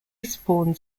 spawned